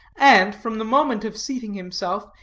and, from the moment of seating himself,